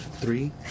three